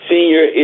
Senior